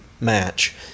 match